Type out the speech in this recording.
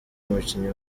umukinnyi